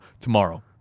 tomorrow